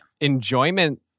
enjoyment